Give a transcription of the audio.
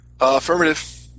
Affirmative